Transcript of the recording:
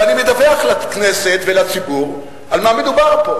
ואני מדווח לכנסת ולציבור על מה מדובר פה.